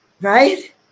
right